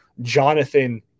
Jonathan